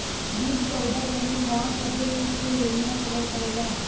बीज पउधा जमीन गाव सब्बे कुछ के योजना चलल करेला